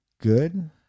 good